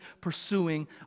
pursuing